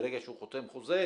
ברגע שהוא חותם חוזה,